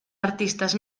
artistes